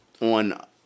On